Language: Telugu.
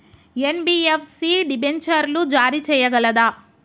ఎన్.బి.ఎఫ్.సి డిబెంచర్లు జారీ చేయగలదా?